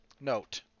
note